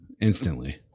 instantly